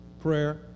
prayer